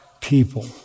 people